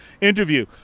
interview